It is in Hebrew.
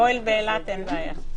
אוהל באילת אין בעיה.